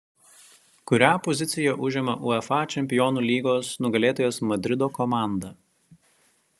kurią poziciją užima uefa čempionų lygos nugalėtojas madrido komanda